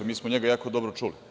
Mi smo njega jako dobro čuli.